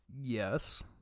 Yes